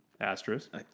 Asterisk